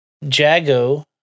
Jago